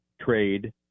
trade